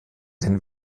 den